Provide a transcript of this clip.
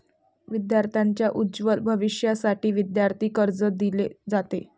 विद्यार्थांच्या उज्ज्वल भविष्यासाठी विद्यार्थी कर्ज दिले जाते